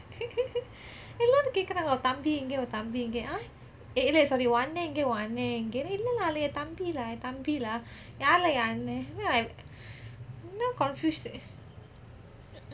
எல்லாரும் கேக்குறாங்க உன் தம்பி எங்கே உன் தம்பி எங்கே:ellarum kekkuraange un thambi engeh un thambi engeh !huh! eh eh இல்லே:illeh sorry உன் அண்ணன் எங்கே உன் அண்ணன் எங்கே: un annen engeh un annen engeh then I இல்ல:ille lah அது என் தம்பி:athu en thambi lah என் தம்பி:en thambi lah யாரு:yaaru lah என் அண்ணன்:en annen then I~ என்ன:enne confusion